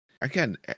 again